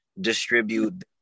distribute